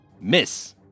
Miss